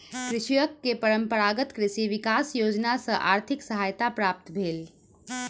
कृषक के परंपरागत कृषि विकास योजना सॅ आर्थिक सहायता प्राप्त भेल